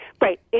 right